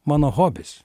mano hobis